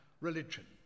religion